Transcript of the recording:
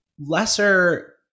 lesser